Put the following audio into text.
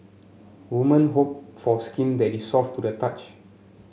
woman hope for skin that is soft to the touch